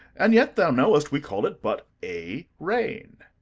and yet, thou knowest, we call it but a rain.